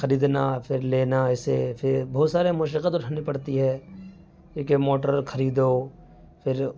خریدنا پھر لینا اسے پھر بہت ساری مشقت اٹھانی پڑتی ہے یہ کہ موٹر خریدو پھر